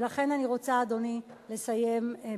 ולכן אני רוצה, אדוני, ברשותך,